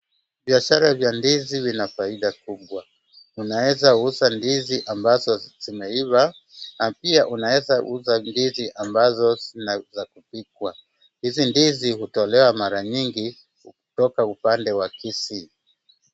Biashara vya ndizi vina faida kubwa. Unaweza uza ndizi ambazo zimeiva na pia unaeza uza ndizi ambazo zinaweza kupikwa. Hizi ndizi hutolewa mara nyingi kutoka upande wa Kisii.